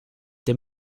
der